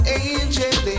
angel